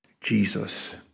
Jesus